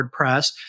WordPress